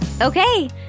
Okay